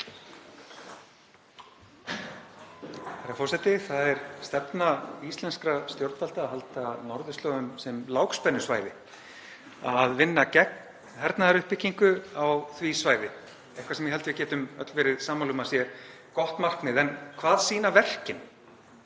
Herra forseti. Það er stefna íslenskra stjórnvalda að halda norðurslóðum sem lágspennusvæði og vinna gegn hernaðaruppbyggingu á því svæði. Það er eitthvað sem ég held við getum öll verið sammála um að sé gott markmið. En hvað sýna verkin?